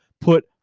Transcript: put